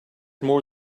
more